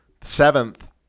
Seventh